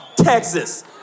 Texas